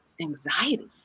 anxiety